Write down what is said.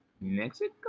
Mexico